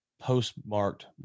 Postmarked